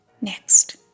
next